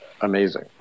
Amazing